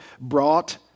brought